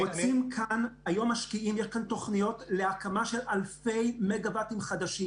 היום יש כאן תוכניות להקמה של אלפי מגה-וואטים חדשים.